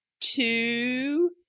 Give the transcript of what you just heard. two